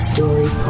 Story